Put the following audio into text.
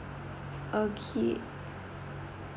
okay